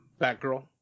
batgirl